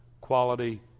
quality